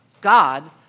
God